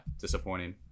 disappointing